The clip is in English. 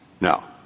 Now